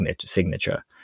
signature